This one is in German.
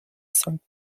sankt